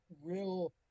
real